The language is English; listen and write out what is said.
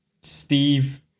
Steve